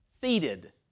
Seated